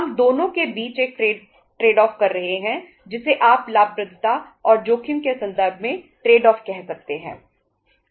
हम दोनों के बीच एक ट्रेड ऑफ कह सकते हैं